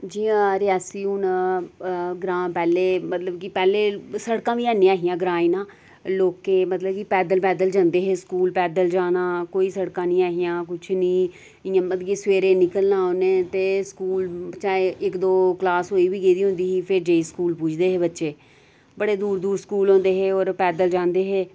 जियां रियासी हून ग्रांऽ पैह्लें मतलब कि पैह्लें सड़कां बी निं ऐ हियां ग्राएं ना लोकें मतलब कि पैदल पैदल जंदे हे स्कूल पैदल जाना कोई सड़का निं ऐ हियां कोई कुछ निं इ'यां मतलब कि सवेरे निकलना उ'नें ते स्कूल च इक दो क्लास होई बी गेदी होंदी ही पिर जाइयै जाइयै पुज्जदे हे बच्चे बड़े दूर दूर स्कूल होंदे हे होर पैदल जांदे हे